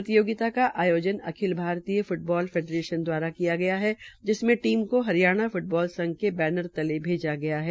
प्रतियोगिता का आयोजन अखिल भारतीय फ्टबाल फेडरेशन द्वारा किया किया गया है जिसमें टीम को हरियाणा फुटबाल संघ के बैनर के नीचे टीम को भेजा गया है